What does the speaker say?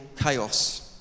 chaos